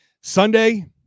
Sunday